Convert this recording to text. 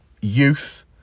youth